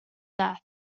death